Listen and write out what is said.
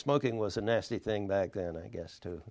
smoking was a nasty thing back then i guess to